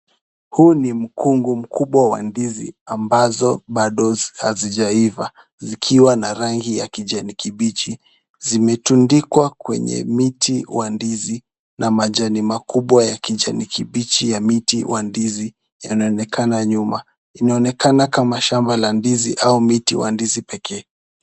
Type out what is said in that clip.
Huu ni mkungu mkubwa wa ndizi ambazo bado hazijaiva zikiwa na rangi ya kijani kibichi. Zimetundikwa kwenye miti ya ndizi na majani makubwa ya kijani kibichi ya miti wa ndizi inaonekana nyuma. Inaonekana kama shamba la ndizi au miti ya ndizi pekee.